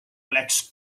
oleks